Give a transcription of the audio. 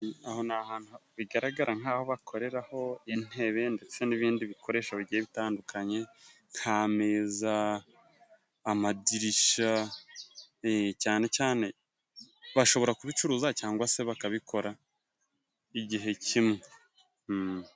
Aho ni ahantu bigaragara nk'aho bakoreraho intebe ndetse n'ibindi bikoresho bigiye bitandukanye, nk' ameza amadirisha, cane cane bashobora kubicuruza cyangwa se bakabikora igihe kimwe.